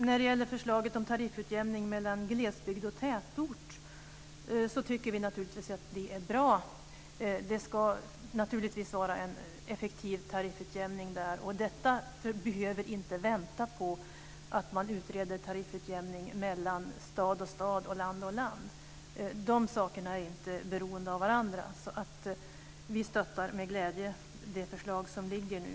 Vi tycker att förslaget om tariffutjämning mellan glesbygd och tätort är bra. Det ska naturligtvis vara en effektiv tariffutjämning där. Detta behöver inte vänta på att man utreder tariffutjämning mellan stad och stad och landsbygd och landsbygd. De sakerna är inte beroende av varandra. Vi stöttar med glädje det förslag som nu ligger.